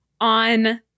on